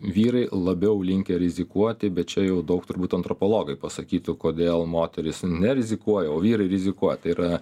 vyrai labiau linkę rizikuoti bet čia jau daug turbūt antropologai pasakytų kodėl moterys nerizikuoja o vyrai rizikuoja tai yra